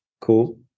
cool